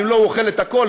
ואם לא הוא אוכל את הכול,